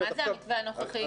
מה זה המתווה הנוכחי?